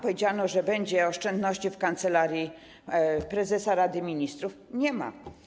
Powiedziano, że będą oszczędności w Kancelarii Prezesa Rady Ministrów, a nie ma.